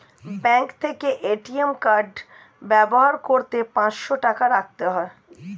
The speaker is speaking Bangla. ব্যাঙ্ক থেকে এ.টি.এম কার্ড ব্যবহার করতে পাঁচশো টাকা রাখতে হয়